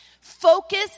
Focus